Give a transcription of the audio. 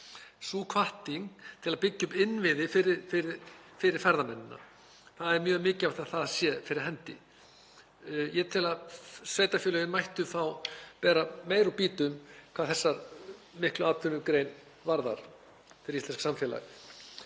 Sú hvatning væri til að byggja upp innviði fyrir ferðamenn. Það er mjög mikilvægt að hún sé fyrir hendi. Ég tel að sveitarfélögin mættu þá bera meira úr býtum hvað þessa miklu atvinnugrein varðar fyrir íslenskt samfélag.